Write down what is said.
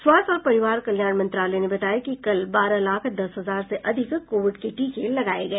स्वास्थ्य और परिवार कल्याण मंत्रालय ने बताया कि कल बारह लाख दस हजार से अधिक कोविड के टीके लगाए गए